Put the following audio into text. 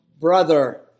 brother